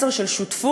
מסר של שותפות,